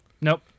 Nope